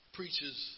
preaches